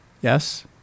Yes